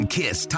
kiss